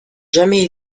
jamais